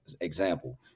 example